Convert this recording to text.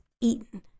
eaten